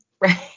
Right